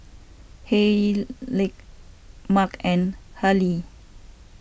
Hayleigh Mark and Hallie